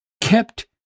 kept